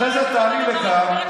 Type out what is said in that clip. אני לא אומרת לך מה לומר.